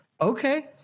okay